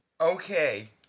Okay